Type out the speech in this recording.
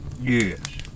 Yes